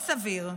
מאוד סביר.